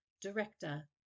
director